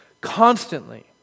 constantly